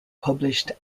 published